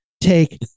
take